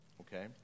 okay